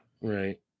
right